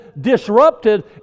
disrupted